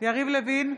יריב לוין,